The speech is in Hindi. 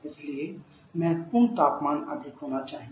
इसलिए महत्वपूर्ण तापमान अधिक होना चाहिए